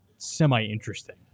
Semi-interesting